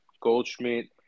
Goldschmidt